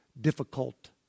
difficult